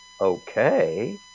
okay